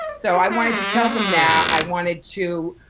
so i wanted to tell them that, i wanted to,